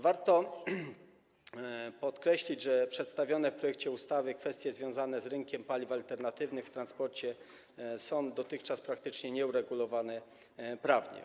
Warto podkreślić, że przedstawione w projekcie ustawy kwestie związane z rynkiem paliw alternatywnych w transporcie są dotychczas praktycznie nieuregulowane prawnie.